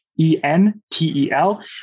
E-N-T-E-L